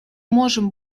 можем